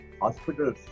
hospitals